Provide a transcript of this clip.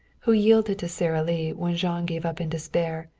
who yielded to sara lee when jean gave up in despair,